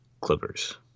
Clippers